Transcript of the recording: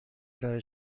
ارائه